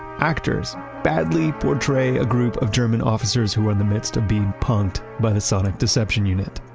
actors badly portray a group of german officers who were in the midst of being punked by the sonic deception unit